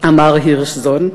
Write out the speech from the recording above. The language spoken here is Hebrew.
אמר הירשזון,